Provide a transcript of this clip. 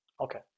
Okay